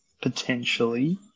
potentially